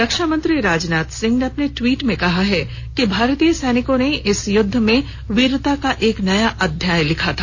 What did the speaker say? रक्षामंत्री राजनाथ सिंह ने अपने टवीट में कहा है कि भारतीय सैनिकों ने इस युद्ध में वीरता का एक नया अध्याय लिखा था